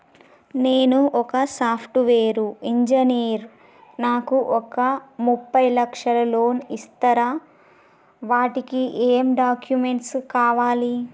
నేను ఒక software engineer నాకు ఒక ముప్పై లక్షల లోన్ ఇస్తరా? వాటికి ఏం డాక్యుమెంట్స్ కావాలి?